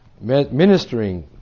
ministering